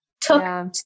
took